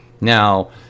Now